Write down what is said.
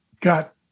got